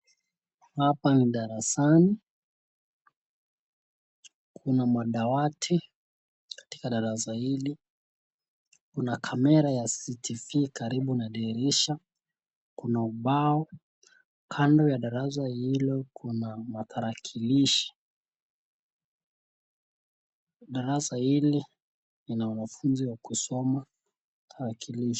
Hapa ni darasani ,kuna madawati katika darasa hili kuna kamera ya cctv][cs karibu na dirisha, kuna ubao kando ya darasa hilo kuna matarakilishi. Darasa hili ni la wanafunzi wa kusoma tarakilishi.